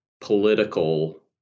political